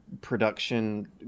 production